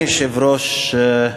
אדוני היושב-ראש,